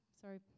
sorry